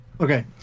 Okay